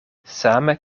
same